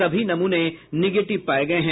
सभी नमूने निगेटिव पाये गये है